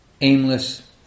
aimless